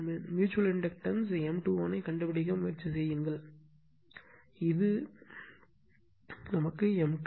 mutual inductance M 2 1 ஐக் கண்டுபிடிக்க முயற்சி செய்கிறீர்கள் இது இது ஒரு M 2 1